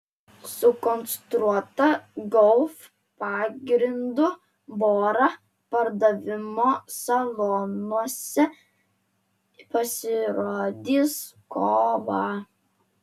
sukonstruota golf pagrindu bora pardavimo salonuose pasirodys kovą